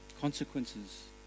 Consequences